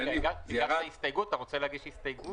רגע, אתה רוצה להגיש הסתייגות?